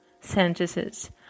sentences